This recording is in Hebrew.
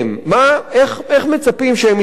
איך מצפים שהם יתנהלו?